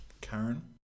Karen